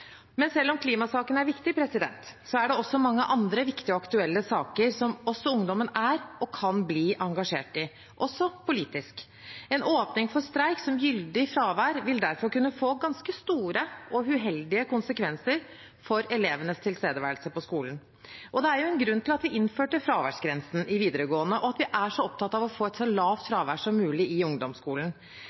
Selv om klimasaken er viktig, er det også mange andre viktige og aktuelle saker som ungdommen er og kan bli engasjert i, også politisk. En åpning for streik som gyldig fravær vil derfor kunne få ganske store og uheldige konsekvenser for elevenes tilstedeværelse på skolen. Det er jo en grunn til at vi innførte fraværsgrensen i videregående skole, og at vi er så opptatt av å få et så lavt fravær som mulig i ungdomsskolen.